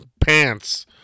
pants